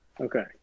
Okay